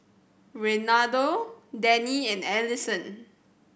Reynaldo Dennie and Alisson